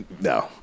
No